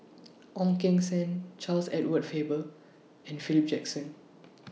Ong Keng Sen Charles Edward Faber and Philip Jackson